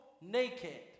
naked